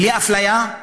בלי אפליה,